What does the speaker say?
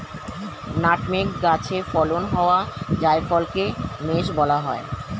nutmeg গাছে ফলন হওয়া জায়ফলকে মেস বলা হয়